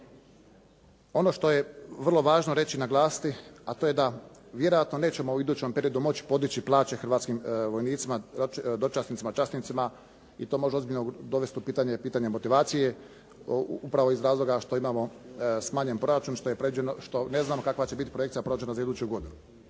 Ono što je vrlo važno reći, naglasiti, a to je da vjerojatno nećemo u idućem periodu moći podići plaće hrvatskim vojnicima, dočasnicima, časnicima i to može ozbiljno dovesti u pitanje pitanje motivacije upravo iz razloga što imamo smanjen proračun što ne znamo kakva će biti projekcija proračuna za iduću godinu.